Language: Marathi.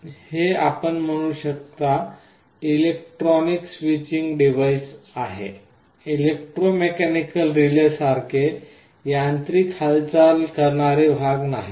हे आपण म्हणू शकता इलेक्ट्रॉनिक स्विचिंग डिव्हाइस आहे इलेक्ट्रोमेकॅनिकल रिलेसारखे यांत्रिक हालचाल करणारे भाग नाहीत